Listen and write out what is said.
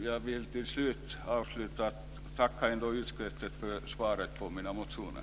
Jag vill till slut ändå tacka utskottet för svaren på mina motioner.